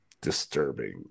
disturbing